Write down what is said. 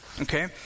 Okay